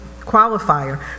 qualifier